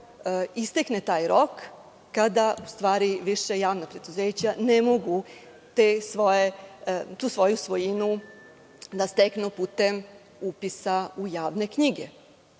istekne taj rok, kada više javna preduzeća ne mogu tu svoju svojinu da steknu putem upisa u javne knjige. Ponovo